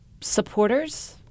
supporters